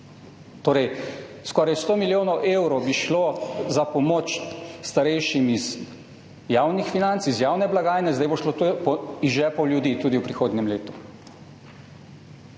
Torej, skoraj 100 milijonov evrov bi šlo za pomoč starejšim iz javnih financ, iz javne blagajne, zdaj bo šlo to iz žepov ljudi tudi v prihodnjem letu.